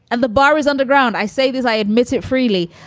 and the bar is underground. i say this. i admit it freely.